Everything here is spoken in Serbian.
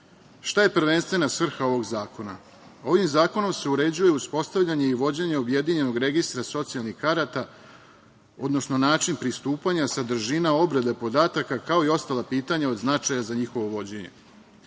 Šta je prvenstvena svrha ovog zakona? Ovim zakonom se uređuje uspostavljanje i vođenje objedinjenog registra socijalnih karata, odnosno način pristupanja, sadržina, obrada podataka, kao i ostala pitanja od značaja za njihovo